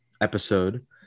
episode